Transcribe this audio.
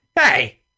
Hey